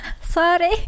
Sorry